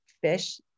fish